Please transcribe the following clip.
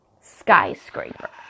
skyscraper